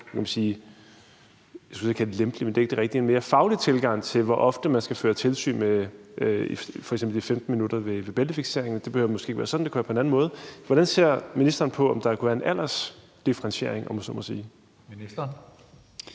det er ikke det rigtige ord. Det, jeg mener, er en mere faglig tilgang til, hvor ofte man skal føre tilsyn, f.eks. hvad angår reglen om 15 minutter ved bæltefiksering. Det behøver måske ikke være sådan, det kunne være på en anden måde. Hvordan ser ministeren på, om der kunne være en aldersdifferentiering, om jeg så må sige? Kl.